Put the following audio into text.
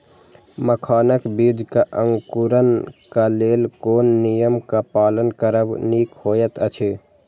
मखानक बीज़ क अंकुरन क लेल कोन नियम क पालन करब निक होयत अछि?